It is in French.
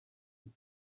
pour